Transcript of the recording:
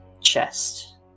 chest